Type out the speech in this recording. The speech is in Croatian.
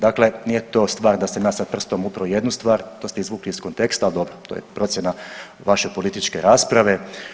Dakle, nije to stvar da sam ja sad prstom upro u jednu stvar, to ste izvukli iz konteksta, ali dobro to je procjena vaše političke rasprave.